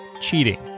cheating